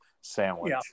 sandwich